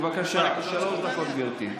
בבקשה, שלוש דקות, גברתי.